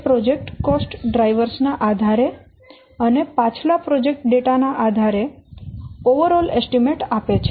તે project cost drivers ના આધારે અને પાછલા પ્રોજેક્ટ ડેટા ના આધારે એકંદર અંદાજ આપે છે